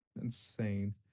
insane